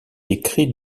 écrit